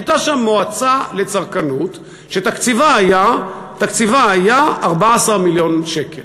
הייתה שם מועצה לצרכנות שתקציבה היה 14 מיליון שקל.